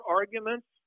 arguments